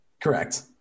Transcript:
Correct